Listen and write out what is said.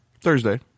Thursday